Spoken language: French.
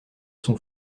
son